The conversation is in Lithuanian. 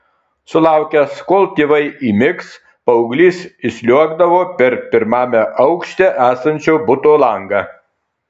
sulaukęs kol tėvai įmigs paauglys išsliuogdavo per pirmame aukšte esančio buto langą